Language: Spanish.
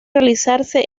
realizarse